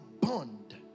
bond